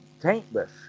taintless